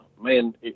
man